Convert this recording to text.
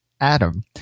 Adam